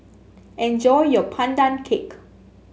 enjoy your Pandan Cake